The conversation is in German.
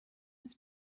ist